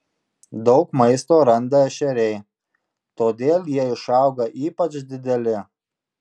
daug maisto randa ešeriai todėl jie išauga ypač dideli